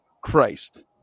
christ